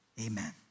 Amen